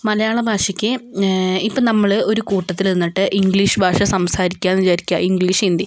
മലയാള ഭാഷയ്ക്ക് ഇപ്പം നമ്മള് ഒരു കൂട്ടത്തില് നിന്നിട്ട് ഇംഗ്ലീഷ് ഭാഷ സംസാരിക്കുക ആണെന്ന് വിചാരിക്കുക ഇംഗ്ലീഷ് ഹിന്ദി